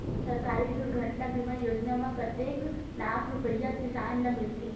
सहकारी दुर्घटना बीमा योजना म कतेक लाख रुपिया किसान ल मिलथे?